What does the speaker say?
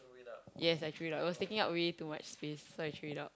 yes I threw it out was taking up way too much spaces so I threw up